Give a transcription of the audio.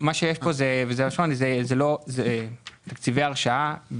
מה שיש כאן, אלה תקציבי הרשאה.